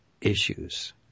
issues